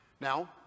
Now